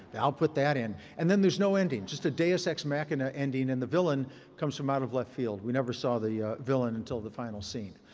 but i'll put that in. and then there's no ending, just a deus ex machina ending, and the villain comes from out of left field. we never saw the villain until the final scene.